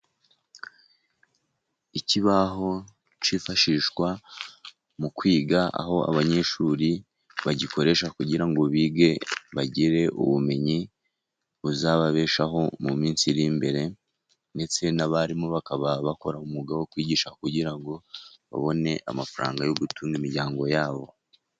Ikibaho cyifashishwa mu kwiga. Aho abanyeshuri bagikoresha kugira ngo bige bagire ubumenyi buzababeshaho mu minsi iri imbere, ndetse n'abarimu bakaba bakora umwuga wo kwigisha, kugira ngo babone amafaranga yo gutunga imiryango yabo.